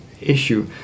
issue